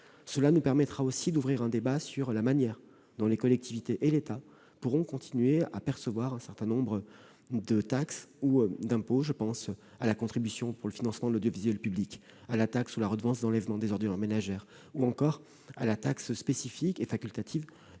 Cela nous permettra d'ouvrir un débat sur la manière dont les collectivités territoriales et l'État pourront continuer à percevoir un certain nombre de taxes ou d'impôts : je pense à la contribution pour le financement de l'audiovisuel public, à la taxe ou redevance d'enlèvement des ordures ménagères ou encore à la taxe spécifique et facultative mise